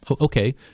okay